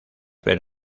ver